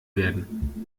werden